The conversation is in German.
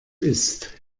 isst